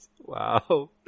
Wow